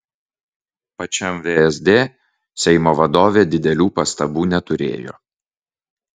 pačiam vsd seimo vadovė didelių pastabų neturėjo